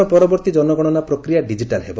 ଦେଶର ପରବର୍ଉୀ ଜନଗଣନା ପ୍ରକ୍ରିୟା ଡିକିଟାଲ ହେବ